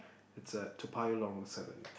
it's at Toa-Payoh Lorong seven